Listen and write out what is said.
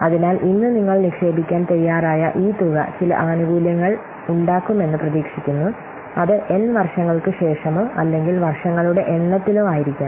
അതിനാൽ ഇന്ന് നിങ്ങൾ നിക്ഷേപിക്കാൻ തയ്യാറായ ഈ തുക ചില ആനുകൂല്യങ്ങൾ ഉണ്ടാക്കുമെന്ന് പ്രതീക്ഷിക്കുന്നു അത് n വർഷങ്ങൾക്ക് ശേഷമോ അല്ലെങ്കിൽ വർഷങ്ങളുടെ എണ്ണത്തിലോ ആയിരിക്കാം